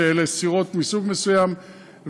שאלה סירות מסוג מסוים,